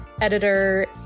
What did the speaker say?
editor